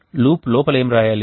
loop లోపల ఏమి రావాలి